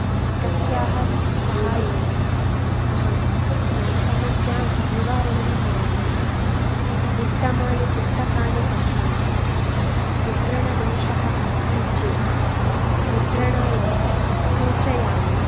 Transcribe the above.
तस्याः सहायेण अहं समस्यां निवारणं करोमि उत्तमाणि पुस्तकाणि पठामि मुद्रणदोषः अस्ति चेद् मुद्रणालये सूचयामि